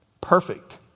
Perfect